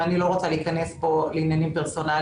ואני לא רוצה להיכנס פה לעניינים פרסונליים.